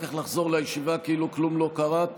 כך לחזור לישיבה כאילו כלום לא קרה,